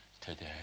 today